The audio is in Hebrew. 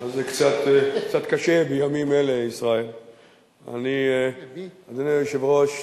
זה קצת קשה בימים אלה, ישראל, אדוני היושב-ראש,